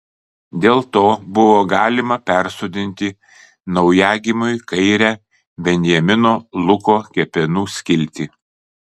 dėl to buvo galima persodinti naujagimiui kairę benjamino luko kepenų skiltį